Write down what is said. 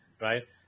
right